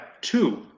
two